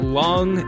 long